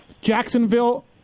Jacksonville